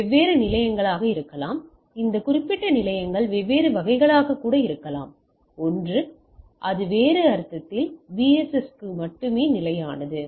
எனவே வெவ்வேறு நிலையங்கள் இருக்கலாம் இந்த குறிப்பிட்ட நிலையங்கள் வெவ்வேறு வகைகளாக இருக்கலாம் ஒன்று அது வேறு அர்த்தத்தில் அது பிஎஸ்எஸ் க்குள் மட்டுமே நிலையானது